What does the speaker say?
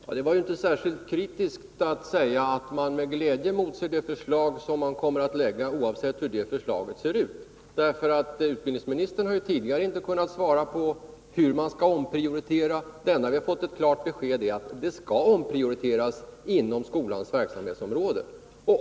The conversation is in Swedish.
Fru talman! Det var inte särskilt kritiskt av Margareta Hemmingsson att säga att hon med glädje motser det förslag som regeringen kommer att lägga fram, oavsett hur det förslaget ser ut. Utbildningsministern har ju inte tidigare kunnat svara på hur man skall omprioritera. Det enda vi har fått ett klart besked om är att det skall omprioriteras inom skolans verksamhetsom råde.